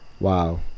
Wow